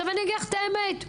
אגיד לך את האמת.